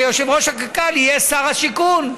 שיושב-ראש קק"ל יהיה שר השיכון.